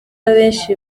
abenshi